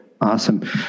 Awesome